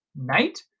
Knight